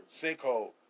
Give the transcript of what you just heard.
Sinkhole